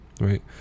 right